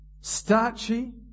starchy